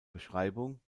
beschreibung